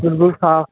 बिलकुल साफ